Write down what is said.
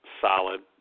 solid